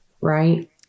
right